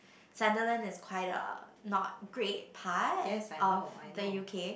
Sunderland is quite a not great part of the U_K